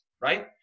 right